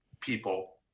people